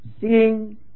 seeing